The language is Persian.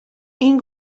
این